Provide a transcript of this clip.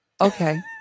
Okay